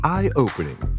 Eye-opening